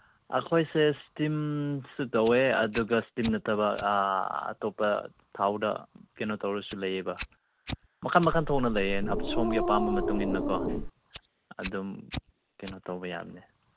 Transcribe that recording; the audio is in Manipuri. ꯑꯩꯈꯣꯏꯁꯦ ꯏꯁꯇꯤꯝꯁꯨ ꯇꯧꯋꯦ ꯑꯗꯨꯒ ꯏꯁꯇꯤꯝ ꯅꯠꯇꯕ ꯑꯇꯣꯞꯄ ꯊꯥꯎꯗ ꯀꯩꯅꯣ ꯇꯧꯔꯁꯨ ꯂꯩꯌꯦꯕ ꯃꯈꯜ ꯃꯈꯜ ꯊꯣꯛꯅ ꯂꯩꯌꯦ ꯁꯣꯝꯒꯤ ꯑꯄꯥꯝꯕ ꯃꯇꯨꯡꯏꯟꯅꯀꯣ ꯑꯗꯨꯝ ꯀꯩꯅꯣ ꯇꯧꯕ ꯌꯥꯕꯅꯤ